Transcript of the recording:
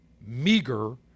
meager